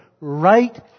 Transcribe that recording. right